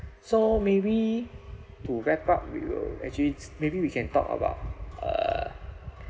so maybe to wrap up we will actually it's maybe we can talk about uh